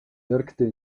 wirkte